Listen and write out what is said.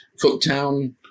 Cooktown